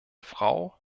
frau